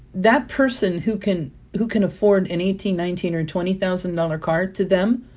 that person who can who can afford an eighteen, nineteen or twenty thousand dollars car to them,